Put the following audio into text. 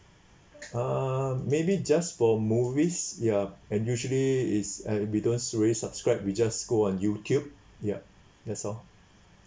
uh maybe just for movies ya and usually is and we don't really subscribe we just go on Youtube ya that's all